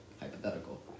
hypothetical